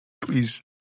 Please